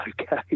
okay